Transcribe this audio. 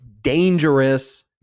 dangerous